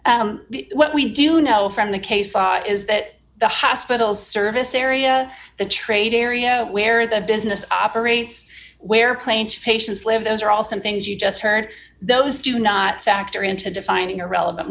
case what we do know from the case law is that the hospital service area the trade area where the business operates where plaintiff patients live those are all some things you just heard those do not factor into defining a relevant